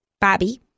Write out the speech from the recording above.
Bobby